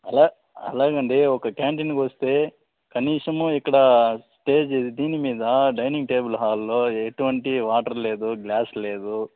అలా అలాగండి ఒక క్యాంటీన్కు వస్తే కనీసము ఇక్కడ స్టే చే దీని మీద డైనింగ్ టేబుల్ హాల్లో ఎటువంటి వాటర్ లేదు గ్లాస్ లేదు